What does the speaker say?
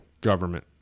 government